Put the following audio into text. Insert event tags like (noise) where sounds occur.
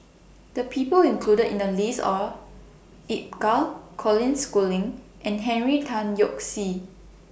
The People included in The list Are (unintelligible) Colin Schooling and Henry Tan Yoke See